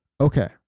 Okay